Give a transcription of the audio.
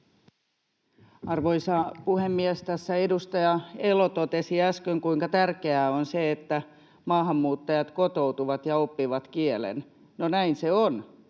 Arvoisa puhemies! Tässä edustaja Elo totesi äsken, kuinka tärkeää on se, että maahanmuuttajat kotoutuvat ja oppivat kielen. No näin se on,